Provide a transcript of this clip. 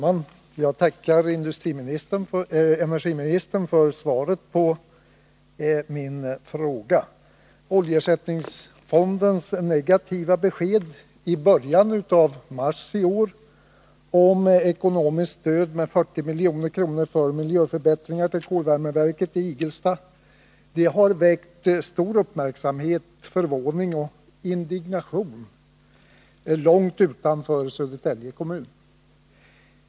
Herr talman! Jag tackar energiministern för svaret på min fråga. Oljeersättningsfondens negativa besked i början av mars i år om ekonomiskt stöd med 40 milj.kr. för miljöförbättringar när det gäller kolvärmeverket Igelstaverket har väckt stor uppmärksamhet, förvåning och - indignation långt utanför Södertälje kommun.